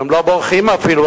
והם לא בורחים אפילו,